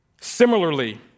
Similarly